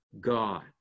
God